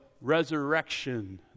resurrection